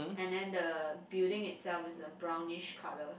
and then the building itself is a brownish colour